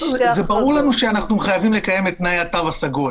זה ברור לנו שאנחנו חייבים לקיים את תנאי התו הסגול.